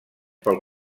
pel